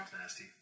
nasty